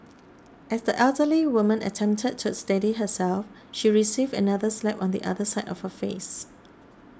as the elderly woman attempted to steady herself she received another slap on the other side of her face